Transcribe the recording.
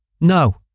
no